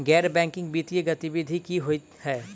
गैर बैंकिंग वित्तीय गतिविधि की होइ है?